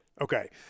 Okay